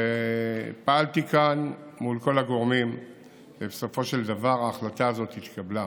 פעלתי כאן מול כל הגורמים ובסופו של דבר ההחלטה הזאת התקבלה,